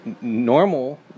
Normal